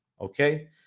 okay